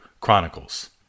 Chronicles